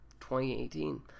2018